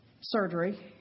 surgery